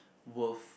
worth